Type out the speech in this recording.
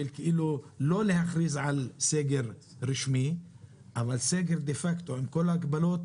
לפיה לא מכריזים על סגר רשמי אבל יש סגר דה פקטו עם כל ההגבלות,